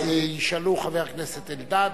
אז ישאלו חברי הכנסת אלדד,